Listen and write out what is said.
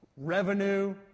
revenue